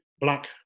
black